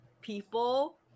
people